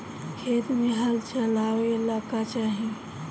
खेत मे हल चलावेला का चाही?